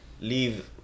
Leave